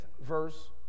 verse